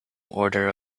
order